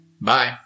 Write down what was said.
Bye